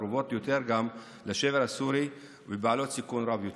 הקרובות יותר לשבר הסורי ובעלות סיכון רב יותר.